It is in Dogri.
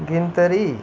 गिनतरी